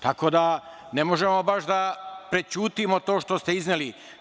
Tako da ne možemo baš da prećutimo to što ste izneli.